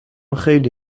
خیلی